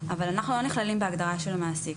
אבל אנחנו לא נכללים בהגדרה של מעסיק.